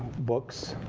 books